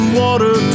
water